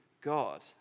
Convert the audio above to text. God